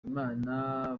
imana